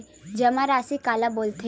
जमा राशि काला बोलथे?